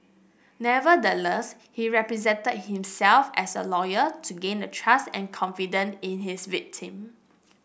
nevertheless he represented himself as a lawyer to gain the trust and confidence in his victim